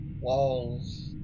walls